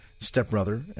stepbrother